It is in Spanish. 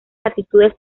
latitudes